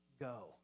go